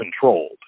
controlled